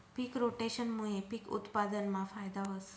पिक रोटेशनमूये पिक उत्पादनमा फायदा व्हस